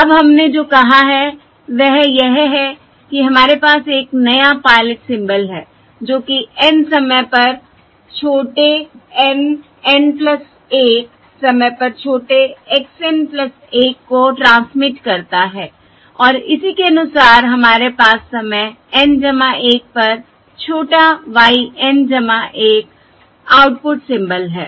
अब हमने जो कहा है वह यह है कि हमारे पास एक नया पायलट सिंबल है जो कि N समय पर छोटे x N N 1 समय पर छोटे x N 1को ट्रांसमिट करता है और इसी के अनुसार हमारे पास समय N 1 पर छोटा y N 1 आउटपुट सिम्बल है